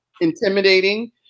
intimidating